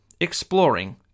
Exploring